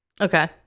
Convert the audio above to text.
okay